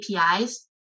APIs